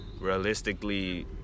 Realistically